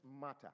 matter